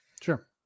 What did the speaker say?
Sure